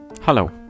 hello